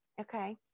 okay